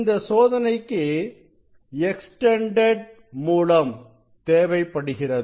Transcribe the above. இந்த சோதனைக்கு எக்ஸ்டெண்டெட் மூலம் தேவைப்படுகிறது